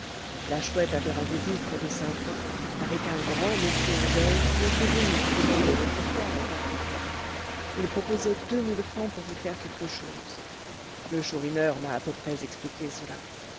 la chouette avait rendez-vous près de saint-ouen avec un grand monsieur en deuil qui était venu vous demander l'autre soir au tapis franc il proposait deux mille francs pour vous faire quelque chose le chourineur m'a à peu près expliqué cela